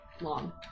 long